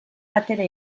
batera